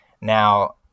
Now